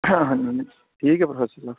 ਠੀਕ ਹੈ ਫਿਰ ਸਤਿ ਸ਼੍ਰੀ ਅਕਾਲ